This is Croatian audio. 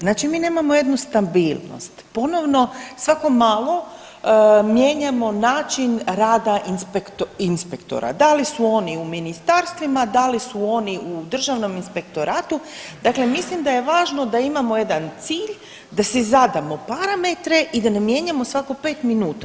Znači mi nemamo jednu stabilnost, ponovno svako malo mijenjamo način rada inspektora, da li su oni u ministarstvima, da li su oni u Državnom inspektoratu, dakle mislim da je važno da imamo jedan cilj, da si zadamo parametre i da ne mijenjamo svako 5 minuta.